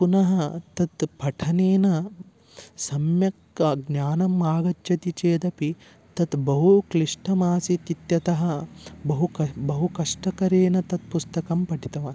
पुनः तत् पठनेन सम्यक् ज्ञानम् आगच्छति चेदपि तत् बहु क्लिष्टमासीत् इत्यतः बहु कष्टं बहु कष्टकरेन तत् पुस्तकं पठितवान्